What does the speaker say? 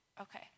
Okay